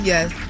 Yes